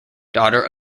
daughter